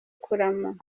kurama